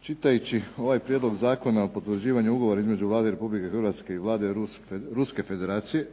Čitajući ovaj Prijedlog zakona o potvrđivanju ugovora između Vlade Republike Hrvatske i Vlade Ruske Federacije